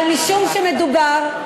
אבל משום שמדובר,